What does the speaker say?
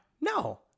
no